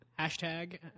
Hashtag